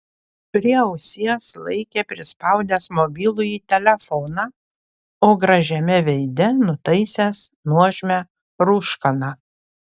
prie ausies laikė prispaudęs mobilųjį telefoną o gražiame veide nutaisęs nuožmią rūškaną